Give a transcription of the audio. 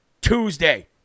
Tuesday